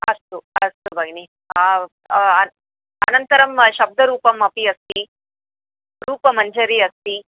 अस्तु अस्तु भगिनि अनन्तरं शब्दरूपम् अपि अस्ति रूपमञ्जरी अस्ति